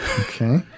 Okay